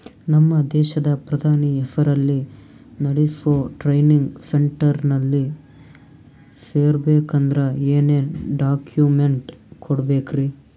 ನಮ್ಮ ದೇಶದ ಪ್ರಧಾನಿ ಹೆಸರಲ್ಲಿ ನೆಡಸೋ ಟ್ರೈನಿಂಗ್ ಸೆಂಟರ್ನಲ್ಲಿ ಸೇರ್ಬೇಕಂದ್ರ ಏನೇನ್ ಡಾಕ್ಯುಮೆಂಟ್ ಕೊಡಬೇಕ್ರಿ?